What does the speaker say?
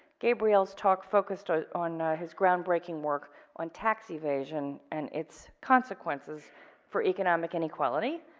gabriel's talk focused on his ground breaking work on tax evasion and its consequences for economic and equality.